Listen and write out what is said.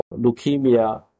leukemia